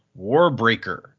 Warbreaker